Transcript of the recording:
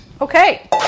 okay